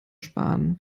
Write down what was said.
sparen